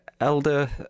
elder